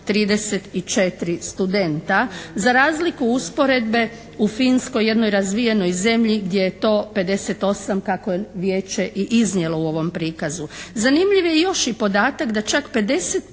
34 studenta, za razliku usporedbe u Finskoj, jednoj razvijenoj zemlji gdje je to 58 kako je vijeće i iznijelo u ovom prikazu. Zanimljiv je još i podatak da čak 50%